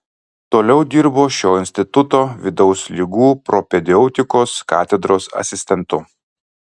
toliau dirbo šio instituto vidaus ligų propedeutikos katedros asistentu